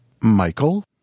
Michael